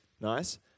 Nice